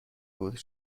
بود